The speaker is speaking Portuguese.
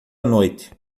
noite